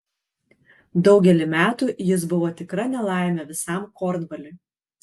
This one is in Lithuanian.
daugelį metų jis buvo tikra nelaimė visam kornvaliui